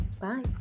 Bye